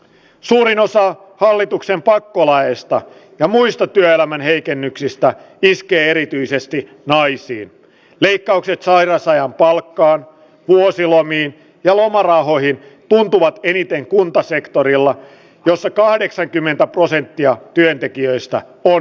suurin osa hallituksen pakolaista ja muista työelämän heikennyksistä iskee erityisesti naisiin leikkaukset sairausajan palkkaan vuosilomiin ja lomarahoihin tottuvat eniten kuntasektorilla jossa kahdeksankymmentä prosenttia työntekijöistä on